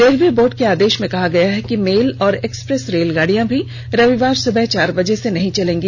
railway board के आदेश में कहा गया है कि मेल और एक्सप्रेस रेलगाड़ियां भी रविवार सुबह चार बजे से नहीं चलेंगी